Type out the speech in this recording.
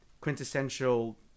quintessential